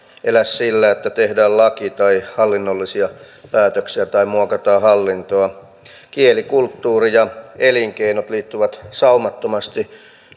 elä sillä että tehdään laki tai hallinnollisia päätöksiä tai muokataan hallintoa kielikulttuuri ja elinkeinot liittyvät saumattomasti